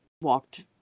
walked